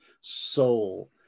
soul